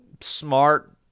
Smart